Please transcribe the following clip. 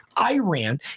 Iran